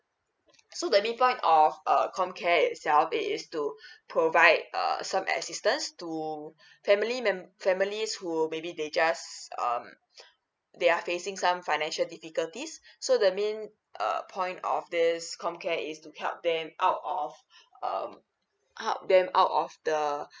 so the main point of uh com care itself it is to provide err some assistance to family mem~ families who maybe they just um they are facing some financial difficulties so that mean uh point of this com care is to help them out of um help them out of the